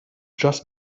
just